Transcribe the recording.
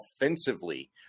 offensively